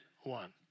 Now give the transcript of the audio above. one